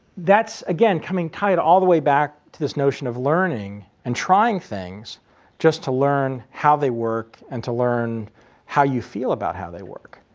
that's again coming tied to all the way back to this notion of learning and trying things just to learn how they work and to learn how you feel about how they work.